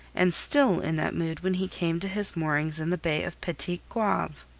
and still in that mood when he came to his moorings in the bay of petit goave.